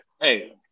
Hey –